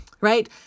Right